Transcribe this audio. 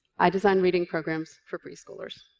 i design reading programs for preschoolers.